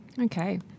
Okay